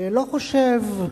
לא חושב,